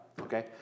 okay